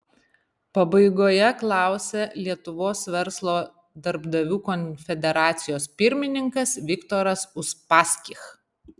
pabaigoje klausė lietuvos verslo darbdavių konfederacijos pirmininkas viktoras uspaskich